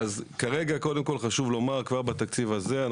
כבר בתקציב הזה,